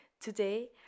Today